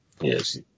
Yes